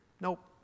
nope